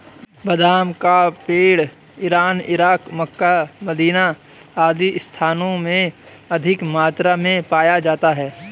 बादाम का पेड़ इरान, इराक, मक्का, मदीना आदि स्थानों में अधिक मात्रा में पाया जाता है